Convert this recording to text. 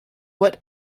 what